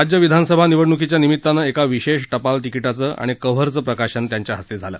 राज्यविधानसभा निवडणुकीच्य निमित्तानं एका विशेष टपाल तिकिटांचं आणि कव्हरचं प्रकाशन त्यांच्याहस्ते झालं